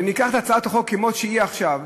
ניקח את הצעת החוק כמו שהיא עכשיו.